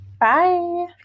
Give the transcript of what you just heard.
Bye